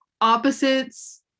opposites